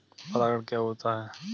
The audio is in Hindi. परागण क्या होता है?